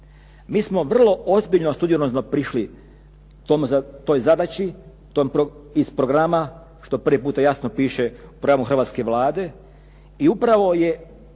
mi smo ozbiljno studiozno prišli toj zadaći iz programa što prvi puta jasno piše … hrvatske Vlade i upravo je